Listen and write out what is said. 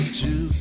two